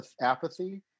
apathy